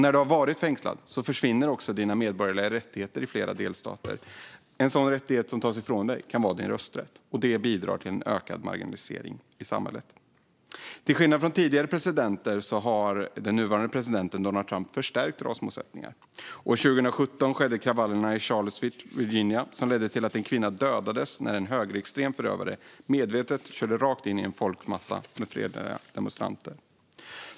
När du har varit fängslad försvinner dina medborgerliga rättigheter i flera delstater. En rättighet som kan tas ifrån dig är din rösträtt, vilket bidrar till ökad marginalisering i samhället. Till skillnad från tidigare presidenter har den nuvarande presidenten Donald Trump förstärkt rasmotsättningarna. År 2017 ledde kravaller i Charlottesville, Virginia, till att en kvinna dödades när en högerextrem förövare medvetet körde rakt in i en folkmassa med fredliga demonstranter.